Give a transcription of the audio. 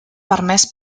permès